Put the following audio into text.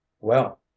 Well